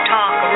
Talk